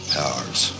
powers